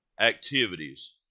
activities